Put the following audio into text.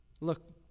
Look